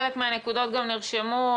חלק מהנקודות גם נרשמו,